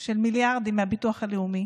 של מיליארדים מהביטוח הלאומי,